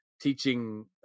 teaching